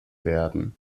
werden